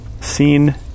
seen